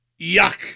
Yuck